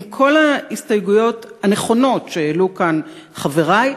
עם כל ההסתייגויות הנכונות שהעלו כאן חברי,